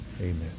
amen